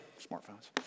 smartphones